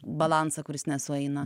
balansą kuris nesueina